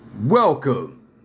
Welcome